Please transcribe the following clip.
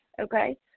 Okay